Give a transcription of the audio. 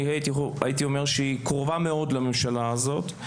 אני הייתי אומר שהיא קרובה מאוד לממשלה הזאת.